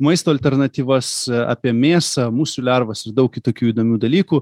maisto alternatyvas apie mėsą musių lervas ir daug kitokių įdomių dalykų